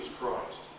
Christ